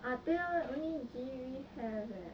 uh 对 lor only G_V have leh